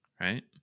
right